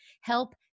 Help